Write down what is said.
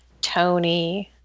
Tony